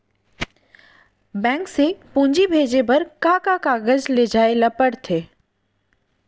Bank से पूंजी भेजे बर का का कागज ले जाये ल पड़थे?